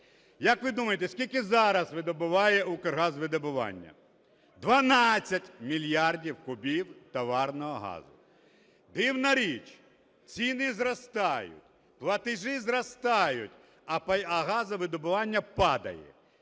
Як ви думаєте, скільки зараз видобуває Укргазвидобування? 12 мільярдів кубів товарного газу. Дивна річ: ціни зростають, платежі зростають, а газовидобування падає.